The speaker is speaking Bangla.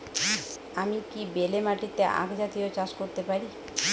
আমি কি বেলে মাটিতে আক জাতীয় চাষ করতে পারি?